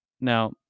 now